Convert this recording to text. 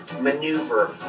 maneuver